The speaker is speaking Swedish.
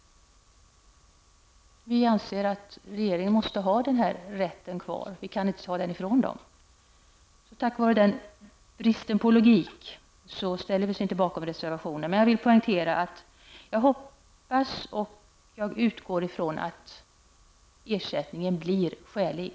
Vi anser att regeringen måste ha kvar den här rätten, och vi kan inte ta bort den. På grund av bristen på logik ställer vi oss inte bakom reservationen. Jag vill dock poängtera att jag hoppas och utgår ifrån att ersättningen blir skälig.